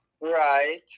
Right